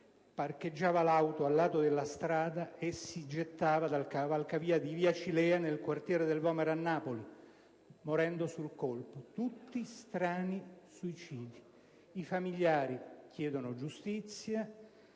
parcheggiata l'auto a lato della strada, si gettava dal cavalcavia di via Cilea nel quartiere del Vomero a Napoli, morendo sul colpo. Tutti e due strani suicidi, per i quali i familiari chiedono giustizia.